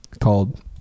called